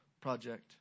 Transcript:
project